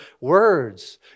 words